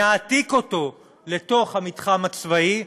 נעתיק אותו לתוך המתחם הצבאי,